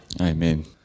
Amen